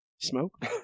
Smoke